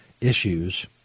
issues